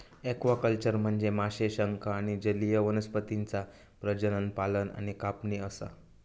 aquaculture म्हनजे माशे, शंख आणि जलीय वनस्पतींचा प्रजनन, पालन आणि कापणी असा